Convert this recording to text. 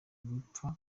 gupfa